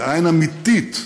בעין אמיתית,